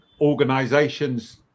organizations